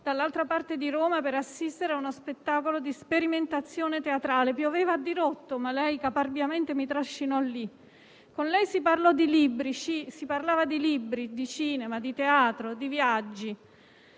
dall'altra parte di Roma per assistere a uno spettacolo di sperimentazione teatrale. Pioveva a dirotto, ma lei caparbiamente mi trascinò lì. Con lei si parlava di libri, cinema, teatro e viaggi.